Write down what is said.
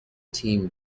team